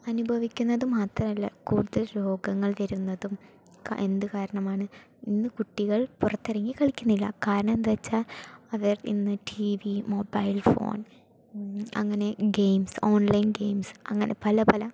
അനുഭവിക്കുന്നത് മാത്രമല്ല കൂടുതൽ രോഗങ്ങൾ വരുന്നതും എന്ത് കാരണമാണ് ഇന്ന് കുട്ടികൾ പുറത്തിറങ്ങി കളിക്കുന്നില്ല കാരണം എന്താന്നുവച്ചാൽ അവർ ഇന്ന് ടീവി മോബൈൽ ഫോൺ അങ്ങനെ ഗെയിംസ് ഓൺലൈൻ ഗെയിംസ് അങ്ങനെ പല പല